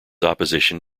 opposition